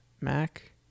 Mac